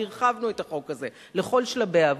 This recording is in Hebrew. והרחבנו את החוק הזה לכל שלבי העבודה.